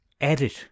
edit